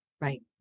right